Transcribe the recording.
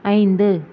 ஐந்து